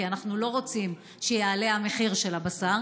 כי אנחנו לא רוצים שיעלה המחיר של הבשר,